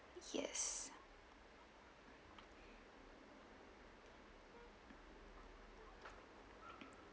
yes